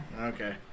Okay